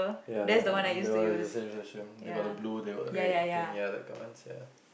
ya ya ya that one is the same same same they got the blue they got red pink ya like got one sia